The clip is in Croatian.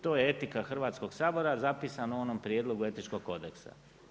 To je etika Hrvatskog sabora, zapisan u onom prijedlogu etičkog kodeksa.